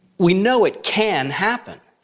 we know it can happen.